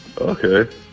Okay